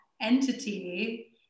entity